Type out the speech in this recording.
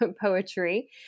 poetry